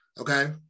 okay